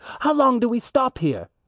how long do we stop here?